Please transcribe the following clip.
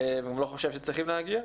וגם לא חושב שצריכים להגיע,